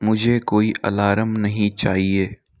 मुझे कोई अलारम नहीं चाहिए